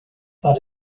but